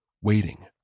waiting